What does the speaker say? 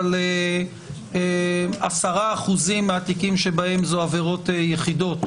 שזה כ-10% במקרים של עבירות יחידות